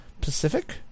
Pacific